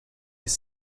les